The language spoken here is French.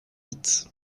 vite